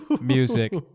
music